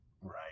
Right